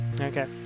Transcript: Okay